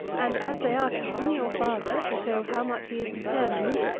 and as they are come, your father, to shew how much he is determined,